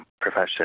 profession